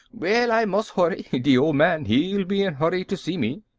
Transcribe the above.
well, i mus' hurry. de old man, he'll be in hurry to see me.